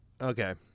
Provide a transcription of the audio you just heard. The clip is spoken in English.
Okay